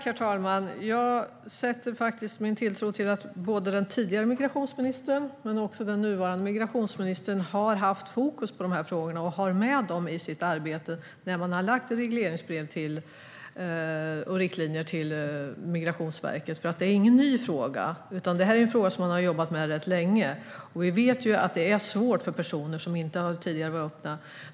Herr talman! Jag sätter min tilltro till att både den tidigare migrationsministern och den nuvarande har haft fokus på de här frågorna och har dem med i sitt arbete med regleringsbrev och riktlinjer till Migrationsverket. Det här är ingen ny fråga, utan det är en fråga som man har jobbat med rätt länge. Vi vet att det är svårt för personer som inte tidigare har varit öppna.